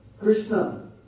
Krishna